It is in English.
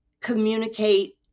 communicate